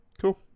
Cool